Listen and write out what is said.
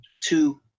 Two